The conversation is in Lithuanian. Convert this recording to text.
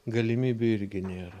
galimybių irgi nėra